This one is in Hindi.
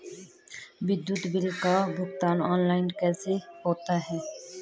विद्युत बिल का भुगतान ऑनलाइन कैसे होता है?